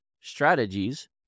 strategies